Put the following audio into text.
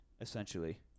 Essentially